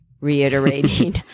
reiterating